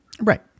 right